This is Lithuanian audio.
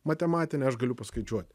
matematinę aš galiu paskaičiuoti